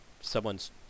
someone's